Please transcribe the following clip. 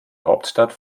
hauptstadt